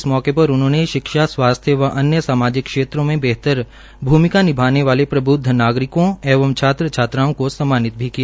इस मौके पर उन्होंने शिक्षा स्वास्थ्य व अन्य सामाजिक क्षेत्रों में बेहतर भ्रमिका निभाने वोल प्रब्द्व नागरिकों एवं छात्र छात्राओं को सम्मानित भी किया